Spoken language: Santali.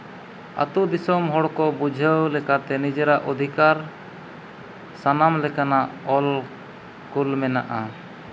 ᱟᱹᱛᱩ ᱫᱤᱥᱚᱢ ᱦᱚᱲᱠᱚ ᱵᱩᱡᱷᱟᱹᱣ ᱞᱮᱠᱟᱛᱮ ᱱᱤᱡᱮᱨᱟᱜ ᱚᱫᱷᱤᱠᱟᱨ ᱥᱟᱱᱟᱢ ᱞᱮᱠᱟᱱᱟᱜ ᱚᱞ ᱠᱳᱞ ᱢᱮᱱᱟᱜᱼᱟ